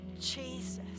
Jesus